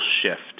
shift